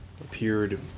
appeared